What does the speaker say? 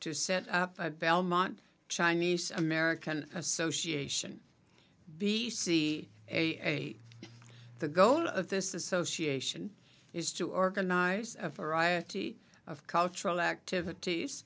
to set up a belmont chinese american association b c a the goal of this association is to organize a variety of cultural activities